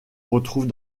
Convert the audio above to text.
retrouve